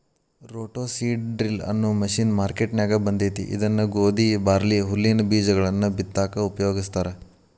roto seed drill ಅನ್ನೋ machine ಮಾರ್ಕೆನ್ಯಾಗ ಬಂದೇತಿ ಇದನ್ನ ಗೋಧಿ, ಬಾರ್ಲಿ, ಹುಲ್ಲಿನ ಬೇಜಗಳನ್ನ ಬಿತ್ತಾಕ ಉಪಯೋಗಸ್ತಾರ